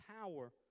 power